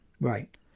Right